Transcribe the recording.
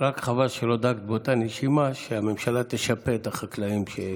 רק חבל שלא דאגת באותה נשימה שהממשלה תשפה את החקלאים.